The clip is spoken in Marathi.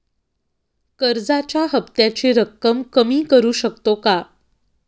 कर्जाच्या हफ्त्याची रक्कम कमी करू शकतो का?